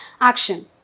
action